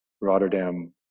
Rotterdam